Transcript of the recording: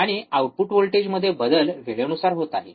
आणि आउटपुट व्होल्टेजमध्ये बदल वेळेनुसार होत आहे